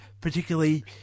particularly